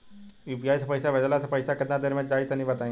UPI से पईसा भेजलाऽ से पईसा केतना देर मे जाई तनि बताई?